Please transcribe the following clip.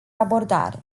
abordare